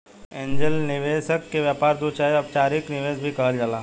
angel निवेशक के व्यापार दूत चाहे अपचारिक निवेशक भी कहल जाला